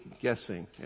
guessing